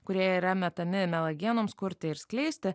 kurie yra metami melagienoms kurti ir skleisti